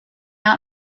out